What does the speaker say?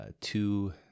two